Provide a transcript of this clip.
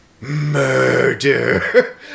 murder